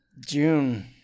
June